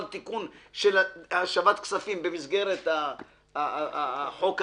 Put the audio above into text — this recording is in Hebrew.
תיקון של השבת כספים במסגרת הצעת החוק הזאת,